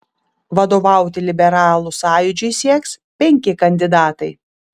vadovauti liberalų sąjūdžiui sieks penki kandidatai